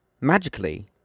magically